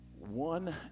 One